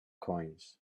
coins